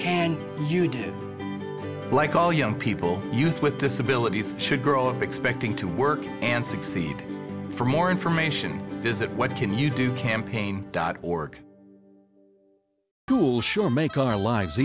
can you do like all young people youth with disabilities should girls are expecting to work and succeed for more information visit what can you do campaign dot org cool sure make our lives